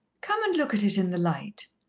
come and look at it in the light?